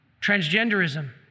transgenderism